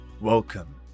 welcome